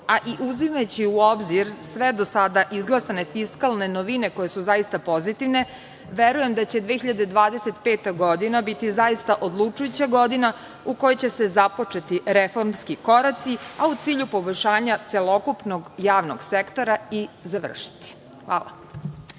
godine. Uzimajući u obzir sve do sada izglasane fiskalne novine koje su zaista pozitivne, verujem da će 2025. godina biti zaista odlučujuća godina u kojoj će se započeti reformski koraci, a u cilju poboljšanja celokupnog javnog sektora i završiti. Zahvaljujem.